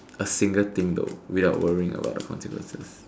a single thing though without worrying about the consequences